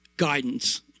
guidance